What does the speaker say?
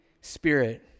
Spirit